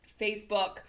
Facebook